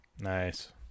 Nice